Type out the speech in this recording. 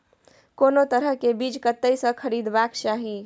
कोनो तरह के बीज कतय स खरीदबाक चाही?